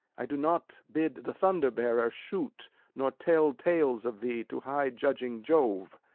i do not bid the thunder-bearer shoot nor tell tales of thee to high-judging jove.